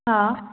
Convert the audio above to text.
हा